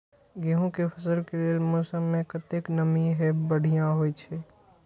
गेंहू के फसल के लेल मौसम में कतेक नमी हैब बढ़िया होए छै?